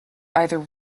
either